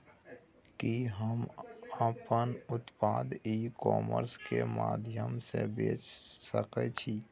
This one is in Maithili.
कि हम अपन उत्पाद ई कॉमर्स के माध्यम से बेच सकै छी?